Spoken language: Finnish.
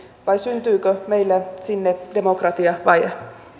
vai syntyykö meillä sinne demokratiavaje